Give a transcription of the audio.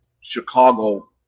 Chicago